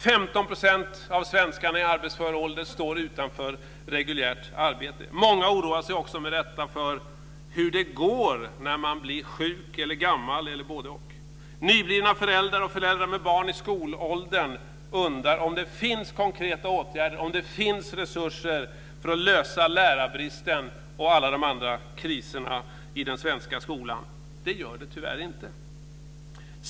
15 % av svenskarna i arbetsför ålder står utan reguljärt arbete. Många oroar sig också med rätta för hur det går när man blir sjuk eller gammal eller bådeoch. Nyblivna föräldrar och föräldrar med barn i skolåldern undrar om det finns konkreta åtgärder och resurser till att lösa lärarbristen och alla de andra kriserna i den svenska skolan. Det gör det tyvärr inte.